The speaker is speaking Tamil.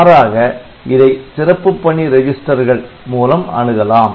மாறாக இதை சிறப்பு பணி ரெஜிஸ்டர்கள் மூலம் அணுகலாம்